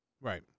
right